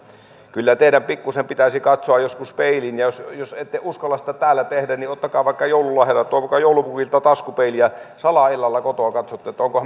kyllä teidän pikkuisen pitäisi katsoa joskus peiliin ja jos jos ette uskalla sitä täällä tehdä niin ottakaa vaikka joululahjana toivokaa joulupukilta taskupeiliä salaa illalla kotona katsotte